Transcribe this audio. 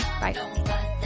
Bye